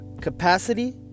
capacity